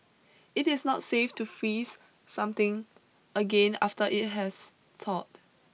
it is not safe to freeze something again after it has thawed